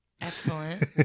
Excellent